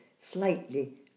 slightly